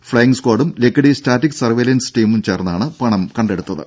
ഫ്സയിംഗ്സ് സ്ക്വാഡും Lakkidi static surveillance ടീമും ചേർന്നാണ് പണം കണ്ടെടുത്തത്